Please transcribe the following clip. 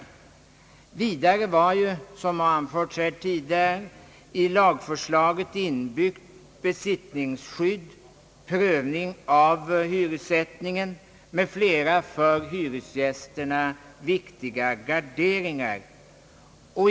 Vidare hade, såsom anförts här tidigare, i lagförslaget inbyggts besittningsskydd, prövning av hyressättningen med flera för hyresgästerna viktiga garderingar.